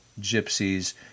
gypsies